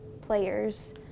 players